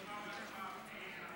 מי עונה?